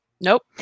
nope